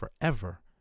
forever